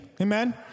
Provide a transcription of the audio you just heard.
amen